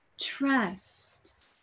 trust